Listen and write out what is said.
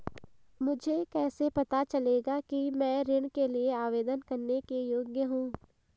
मुझे कैसे पता चलेगा कि मैं ऋण के लिए आवेदन करने के योग्य हूँ?